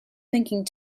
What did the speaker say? thinking